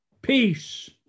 Peace